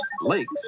lakes